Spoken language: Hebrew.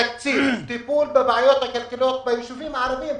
עם תקציב לטיפול בבעיות הכלכליות ביישובים הערביים.